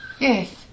Yes